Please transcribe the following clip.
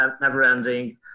never-ending